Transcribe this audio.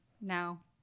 now